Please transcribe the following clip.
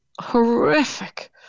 horrific